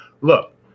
look